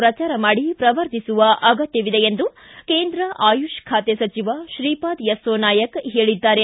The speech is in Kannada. ಪ್ರಜಾರ ಮಾಡಿ ಪ್ರವರ್ಧಿಸುವ ಅಗತ್ಯವಿದೆ ಎಂದು ಕೇಂದ್ರ ಆಯುಷ್ ಖಾತೆ ಸಚಿವ ಶ್ರೀಪಾದ್ ಯಸ್ಸೋ ನಾಯಕ್ ಹೇಳಿದ್ದಾರೆ